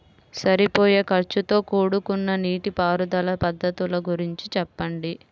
సరిపోయే ఖర్చుతో కూడుకున్న నీటిపారుదల పద్ధతుల గురించి చెప్పండి?